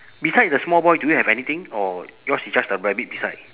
beside the small boy do you have anything or yours is just a rabbit beside